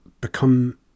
become